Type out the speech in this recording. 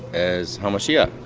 as hamashiach.